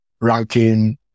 ranking